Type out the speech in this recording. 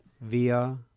via